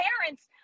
parents